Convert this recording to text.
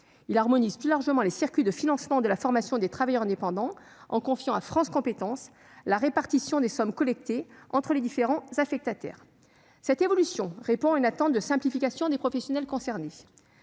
harmonise plus largement les circuits de financement de la formation des travailleurs indépendants en confiant à France compétences la répartition des sommes collectées entre les différents affectataires. Cette évolution répond à une attente de simplification des professionnels concernés.